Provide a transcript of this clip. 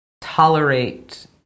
tolerate